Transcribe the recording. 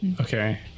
Okay